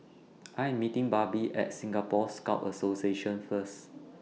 I Am meeting Barbie At Singapore Scout Association First